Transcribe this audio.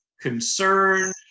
Concern